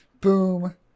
Boom